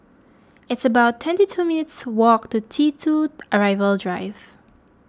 it's about twenty two minutes' walk to T two Arrival Drive